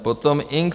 Potom Ing.